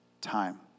time